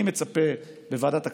אני מצפה מוועדת הכספים,